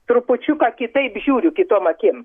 trupučiuką kitaip žiūriu kitom akim